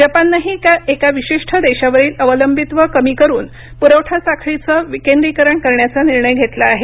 जपाननंही एका विशिष्ट देशावरील अवलंबित्व कमी करून पुरवठा साखळीचं विकेंद्रीकरण करण्याचा निर्णय घेतला आहे